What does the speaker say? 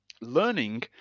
learning